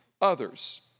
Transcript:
others